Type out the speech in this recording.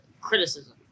criticism